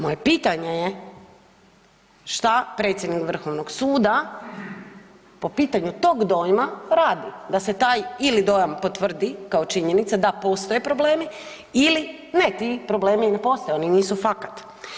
Moje pitanje je, šta predsjednik Vrhovnog suda po pitanju tog dojma radi da se taj ili dojam potvrdi kao činjenica da postoje problemi ili ne ti problemi ne postoje oni nisu fakat.